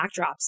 backdrops